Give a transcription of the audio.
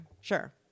sure